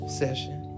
session